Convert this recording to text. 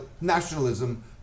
nationalism